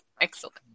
excellent